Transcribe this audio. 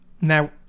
Now